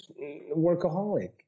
workaholic